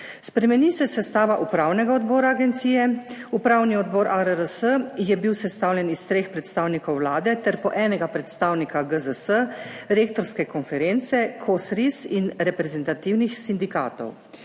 Spremeni se sestava upravnega odbora agencije. Upravni odbor ARRS je bil sestavljen iz treh predstavnikov Vlade ter po enega predstavnika GZS, Rektorske konference, KOsRIS in reprezentativnih sindikatov.